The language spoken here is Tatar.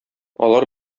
алар